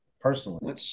personally